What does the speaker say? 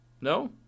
No